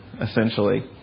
essentially